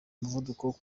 umuvuduko